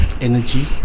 energy